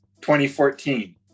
2014